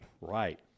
Right